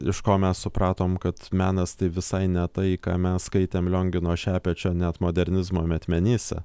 iš ko mes supratom kad menas tai visai ne tai ką mes skaitėm liongino šepečio net modernizmo metmenyse